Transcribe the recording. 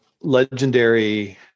legendary